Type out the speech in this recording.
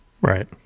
Right